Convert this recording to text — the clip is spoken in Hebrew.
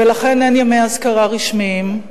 ולכן אין ימי אזכרה רשמיים.